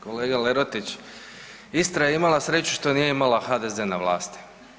Kolega Lerotić, Istra je imala sreću što nije imala HDZ na vlasti.